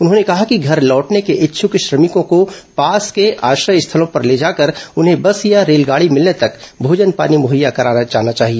उन्होंने कहा कि घर लौटने के इच्छुक श्रमिकों को पास के आश्रय स्थलों पर ले जाकर उन्हें बस या रेलगाड़ी मिलने तक भोजन पानी मुहैया कराया जाना चाहिए